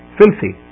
filthy